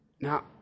now